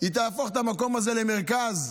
היא תהפוך את המקום הזה למרכז,